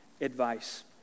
advice